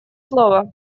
слово